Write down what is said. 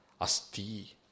asti